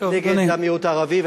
נגד המיעוט הערבי.